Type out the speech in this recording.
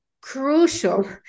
crucial